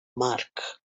marc